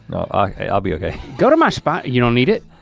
i'll be okay. go to my spot. you don't need it?